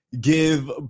give